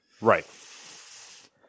Right